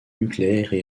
nucléaires